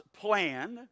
plan